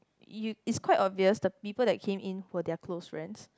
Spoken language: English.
y~ it's quite obvious the people that came in were their close friends